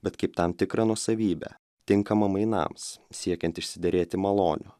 bet kaip tam tikrą nuosavybę tinkamą mainams siekiant išsiderėti malonių